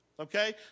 Okay